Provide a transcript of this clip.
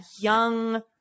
young